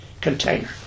container